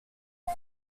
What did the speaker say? fut